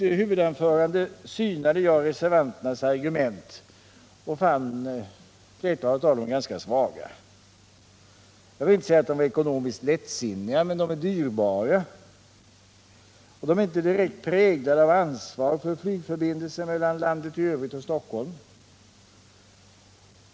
I mitt huvudanförande synade jag reservanternas argu 15 december 1977 ment och fann flertalet av dem ganska svaga. Jag vill inte säga att de var ekonomiskt lättsinniga, men de är dyrbara. De är inte direkt präglade = Flygplatsfrågan i av ansvar för flygförbindelser mellan landet i övrigt och Stockholm.